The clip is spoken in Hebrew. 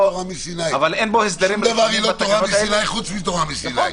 שום דבר לא תורה מסיני חוץ מתורה מסיני.